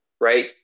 Right